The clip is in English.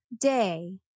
day